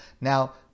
now